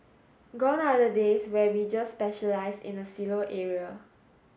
gone are the days where we just specialise in a silo area